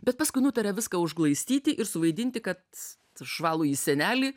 bet paskui nutarė viską užglaistyti ir suvaidinti kad žvalųjį senelį